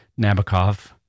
Nabokov